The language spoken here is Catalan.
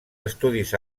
estudis